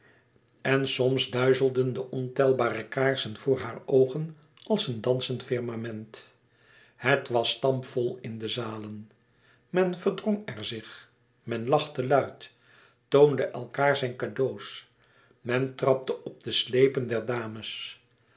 en soms duizelden de ontelbare kaarsen voor hare oogen als een dansend firmament het was stampvol in de zalen men verdrong er zich men lachte luid toonde elkaâr zijn cadeaux men trapte op de sleepen der dames